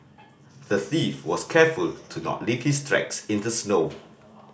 the thief was careful to not leave his tracks in the snow